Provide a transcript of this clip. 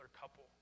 couple